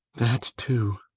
that too!